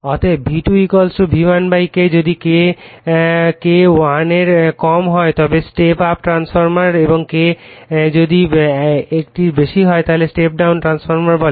অতএব V2 V1 K যদি K 1 এর কম হয় তবে স্টেপ আপ ট্রান্সফরমার এবং K যদি একটির বেশি হয় তাকে স্টেপ ডাউন ট্রান্সফরমার বলে